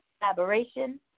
Collaboration